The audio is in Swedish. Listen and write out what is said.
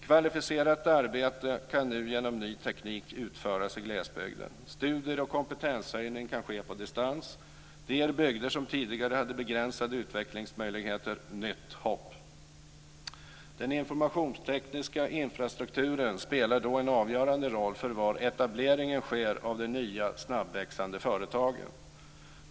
Kvalificerat arbete kan nu genom ny teknik utföras i glesbygden. Studier och kompetenshöjning kan ske på distans. Det ger bygder som tidigare hade begränsade utvecklingsmöjligheter nytt hopp. Den informationstekniska infrastrukturen spelar en avgörande roll för var etableringen sker av de nya snabbväxande företagen.